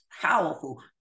powerful